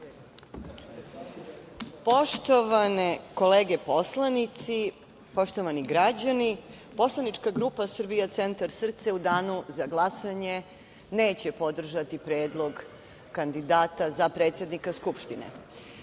Poštovane kolege poslanici, poštovani građani, poslanička grupa „Srbija centar – Srce“ u danu za glasanje neće podržati Predlog kandidata za predsednika Skupštine. Gospođa